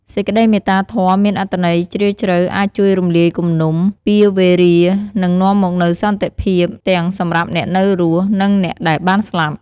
សេចក្តីមេត្តាធម៌មានអត្ថន័យជ្រាលជ្រៅអាចជួយរំលាយគំនុំ ពៀរវេរា និងនាំមកនូវសន្តិភាពទាំងសម្រាប់អ្នកនៅរស់ និងអ្នកដែលបានស្លាប់។